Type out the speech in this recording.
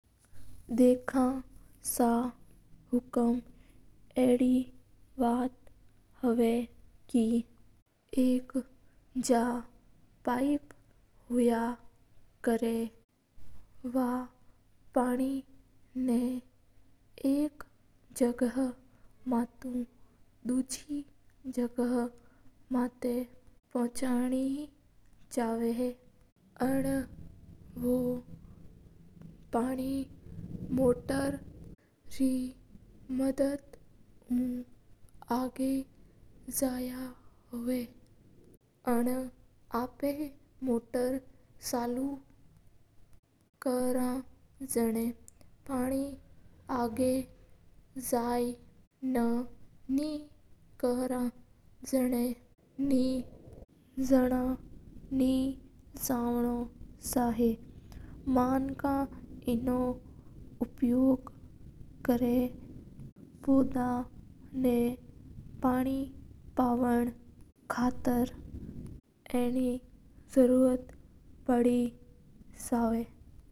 देखो सा हुकूम एक पाइप हुया कराय जेको पाणी ना एक जगा उ दुसरी जगा माथा पछा कराय ह और मोटर रा मादे उ पाणी आग जाया कराय हा। आना आपा मदर चालू कर जब पाणी आग जाई हा। मानक आना उपयोग करक पौधा ना पाणि पाव ना वास्ता और पाणी बरना वास्ता कराय हा।